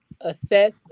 Assess